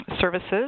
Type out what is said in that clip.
services